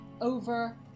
over